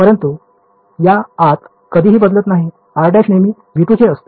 परंतु या आत कधीही बदलत नाही r' नेहमी V2 चे असते